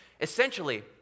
Essentially